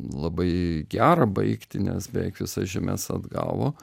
labai gerą baigtį nes beveik visas žemes atgavo